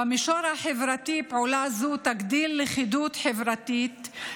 במישור החברתי פעולה זו תגדיל לכידות חברתית,